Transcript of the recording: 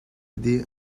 dih